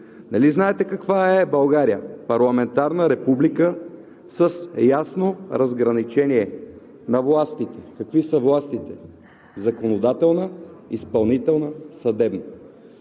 нали знаете каква е България? Парламентарна република с ясно разграничение на властите. Какви са властите? Законодателна, изпълнителна, съдебна.